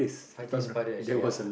fighting spiders ya